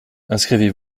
inscrivez